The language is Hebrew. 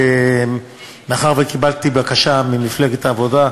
מאחר שקיבלתי בקשה ממפלגת העבודה,